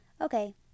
Okay